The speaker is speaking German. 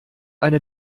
eine